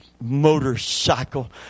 motorcycle